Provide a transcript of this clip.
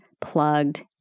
plugged